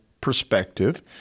perspective